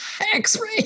X-ray